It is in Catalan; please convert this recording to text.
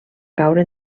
caure